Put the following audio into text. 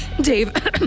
Dave